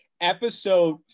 Episode